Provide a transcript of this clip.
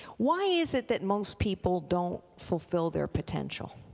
why is it that most people don't fulfill their potential?